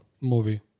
movie